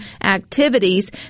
activities